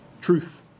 truth